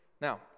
Now